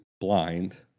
blind